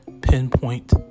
pinpoint